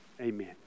Amen